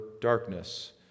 darkness